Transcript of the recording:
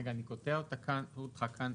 רגע אני קוטע אותך כאן,